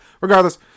Regardless